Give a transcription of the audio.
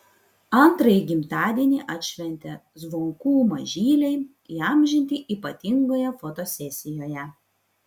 antrąjį gimtadienį atšventę zvonkų mažyliai įamžinti ypatingoje fotosesijoje